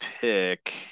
pick